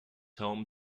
home